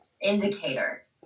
indicator